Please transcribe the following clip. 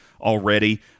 already